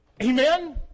Amen